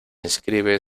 inscribe